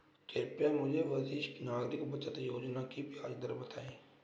कृपया मुझे वरिष्ठ नागरिक बचत योजना की ब्याज दर बताएं